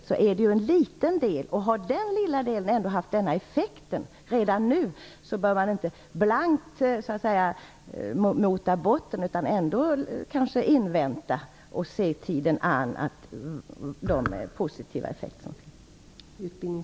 Det handlar ju om en liten del. Om den lilla delen har haft denna effekt redan nu bör man inte säga blankt nej utan se tiden an.